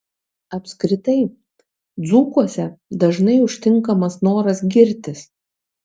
apskritai dzūkuose dažnai užtinkamas noras girtis